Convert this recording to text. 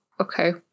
Okay